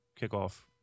kickoff